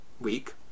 week